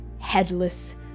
headless